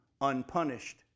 unpunished